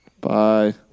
Bye